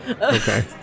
Okay